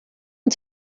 een